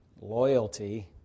Loyalty